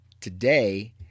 today